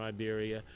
Iberia